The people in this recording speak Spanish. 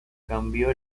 cambió